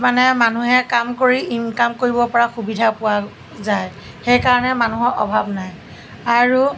মানে মানুহে কাম কৰি ইনকম কৰিব পৰা সুবিধা পোৱা যায় সেইকাৰণে মানুহৰ অভাৱ নাই আৰু